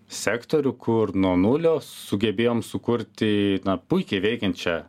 sektorių kur nuo nulio sugebėjom sukurti puikiai veikiančią